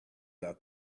are